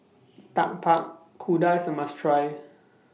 Tapak Kuda IS A must Try